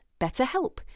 BetterHelp